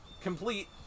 complete